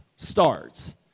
starts